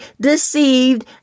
deceived